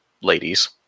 ladies